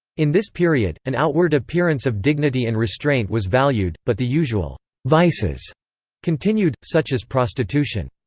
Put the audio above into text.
in this period, an outward appearance of dignity and restraint was valued, but the usual vices continued, such as prostitution.